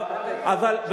גם אתה היית חבר סיעת קדימה.